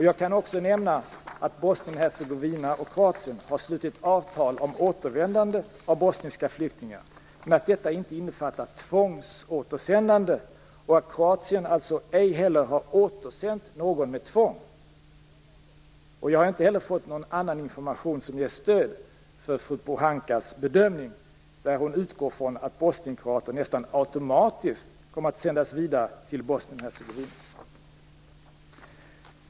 Jag kan också nämna att Bosnien-Hercegovina och Kroatien har slutit avtal om återvändande av bosniska flyktingar men att detta inte innefattar tvångsåtersändande och att Kroatien ej heller har återsänt någon med tvång. Jag har inte heller fått någon annan information som ger stöd för fru Pohankas bedömning där hon utgår från att bosnienkroater nästan automatiskt kommer att sändas vidare till Bosnien-Hercegovina.